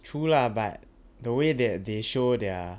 true lah but the way that they show their